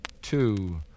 Two